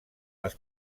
les